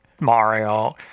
Mario